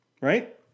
right